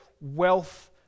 wealth